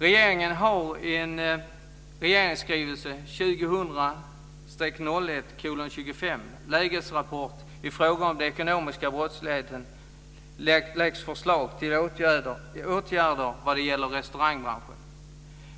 Regeringen har i regeringsskrivelse 2000/01:25, Lägesrapport i fråga om den ekonomiska brottsligheten, lagt fram förslag till åtgärder vad gäller restaurangbranschen.